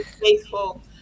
faithful